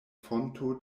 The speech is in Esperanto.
fonto